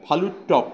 Phalut top